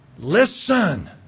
Listen